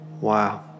Wow